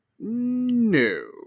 No